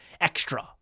extra